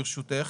ברשותך,